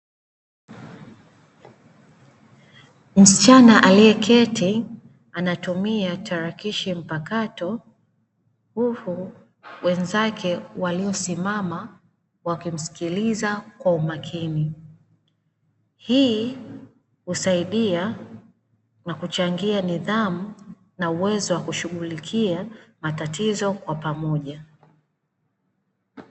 Msichana aliyeketi anatumia tarakilishi mpakato huku wenzake waliosimama wakimsikiliza kwa umakini, hii husaidia na kuchangia nidhamu na uwezo wa kushughulikia matatizo kwa pamoja.